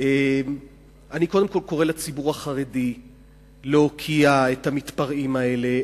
אני קודם כול קורא לציבור החרדי להוקיע את המתפרעים האלה.